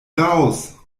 raus